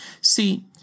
See